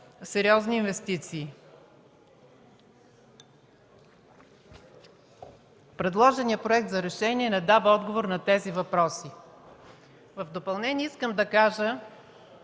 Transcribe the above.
сериозни инвестиции. Предложеният проект за решение не дава отговор на тези въпроси. В допълнение искам да кажа